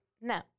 No